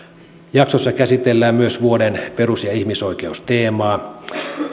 jaksossa käsitellään myös vuoden perus ja ihmisoikeusteemaa